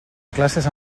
classes